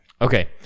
Okay